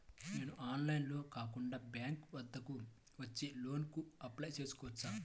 నేను ఆన్లైన్లో కాకుండా బ్యాంక్ వద్దకు వచ్చి లోన్ కు అప్లై చేసుకోవచ్చా?